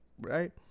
right